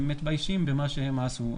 הם מתביישים במה שהם עשו.